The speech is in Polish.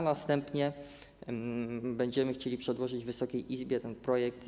Następnie będziemy chcieli przedłożyć Wysokiej Izbie ten projekt.